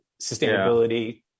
sustainability